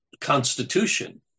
constitution